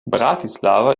bratislava